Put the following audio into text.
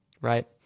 right